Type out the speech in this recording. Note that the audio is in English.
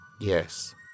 Yes